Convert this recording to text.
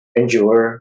endure